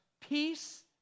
Peace